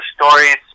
stories